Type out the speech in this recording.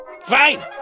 Fine